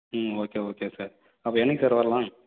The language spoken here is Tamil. ம் ஓகே ஓகே சார் அப்புறம் என்றைக்கு சார் வரலாம்